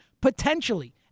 potentially